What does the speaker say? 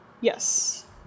Yes